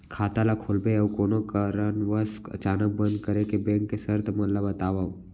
खाता ला खोले अऊ कोनो कारनवश अचानक बंद करे के, बैंक के शर्त मन ला बतावव